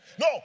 No